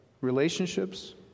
relationships